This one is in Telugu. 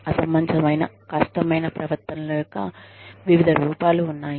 అసమంజసమైన కష్టమైన ప్రవర్తనల యొక్క వివిధ రూపాలు ఉన్నాయి